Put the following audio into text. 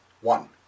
One